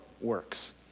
works